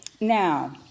Now